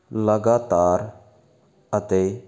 ਲਗਾਤਾਰ ਅਤੇ